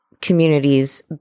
communities